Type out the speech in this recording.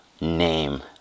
name